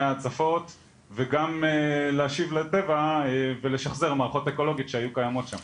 ההצפות וגם להשיב לטבע ולשחזר מערכות אקולוגיות שהיו קיימות שם.